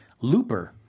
Looper